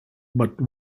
but